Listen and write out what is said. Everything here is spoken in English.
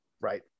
right